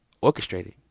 orchestrated